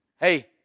Hey